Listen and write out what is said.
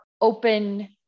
open